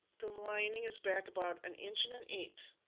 the lining is back about an inch and an eighth